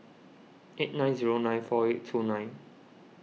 eight nine zero nine four eight two nine